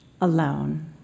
alone